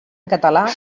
català